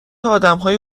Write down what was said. آدمهای